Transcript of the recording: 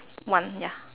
one ya